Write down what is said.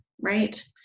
right